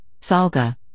Salga